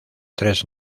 tres